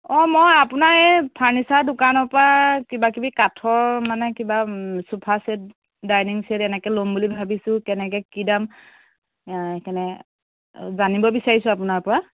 অঁ মই আপোনাৰ এই ফাৰ্ণিচাৰ দোকানৰপৰা কিবাকিবি কাঠৰ মানে কিবা চোফা চেট ডাইনিঙ চেট এনেকৈ ল'ম বুলি ভাবিছোঁ কেনেকৈ কি দাম সেইকাৰণে জানিব বিচাৰিছোঁ আপোনাৰপৰা